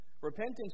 Repentance